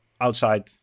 outside